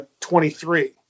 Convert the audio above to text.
23